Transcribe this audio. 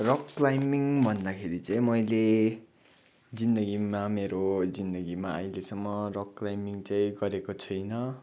rock climbing भन्दाखेरि चाहिँ मैले जिन्दगीमा मेरो जिन्दगीमा अहिलेसम्म रक क्लाइम्बिङ चाहिँ गरेको छुइनँ